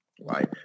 right